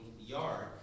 yard